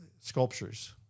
sculptures